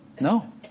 No